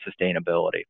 sustainability